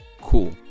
cool